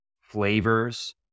flavors